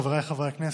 חבריי חברי הכנסת,